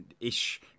ish